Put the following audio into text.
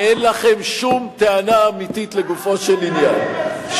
שאין לכם שום טענה אמיתית לגופו של עניין,